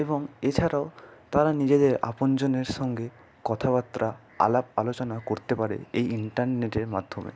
এবং এছাড়াও তারা নিজেদের আপনজনের সঙ্গে কথাবার্তা আলাপ আলোচনা করতে পারে এই ইন্টারনেটের মাধ্যমে